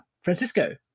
Francisco